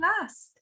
last